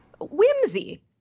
Whimsy